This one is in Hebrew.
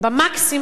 במקסימום,